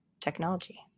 technology